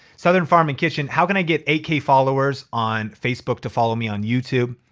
southern farming kitchen, how can i get eight k followers on facebook to follow me on youtube?